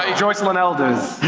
ah joycelyn elders.